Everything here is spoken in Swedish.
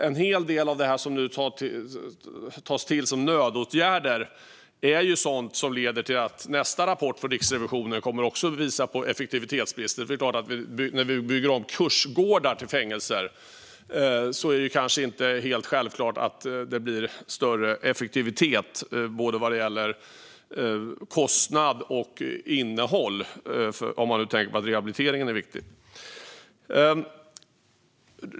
En hel del av det som nu tas till som nödåtgärder är ju sådant som leder till att även nästa rapport från Riksrevisionen kommer att visa på effektivitetsbrist. När vi bygger om kursgårdar till fängelser är det ju inte helt självklart att det blir större effektivitet vad gäller vare sig kostnad eller innehåll med tanke på att rehabiliteringen är viktig.